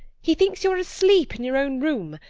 he thinks you are asleep in your own room.